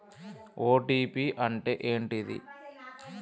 OTP అంటే ఏంటిది?